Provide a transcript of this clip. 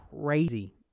crazy